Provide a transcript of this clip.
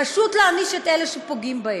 פשוט להעניש את אלה שפוגעים בהם.